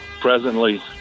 presently